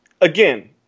Again